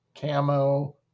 Camo